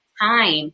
time